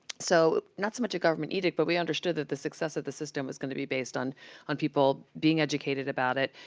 so not so much a government edict, but we understood that the success of the system was going to be based on on people being educated about it.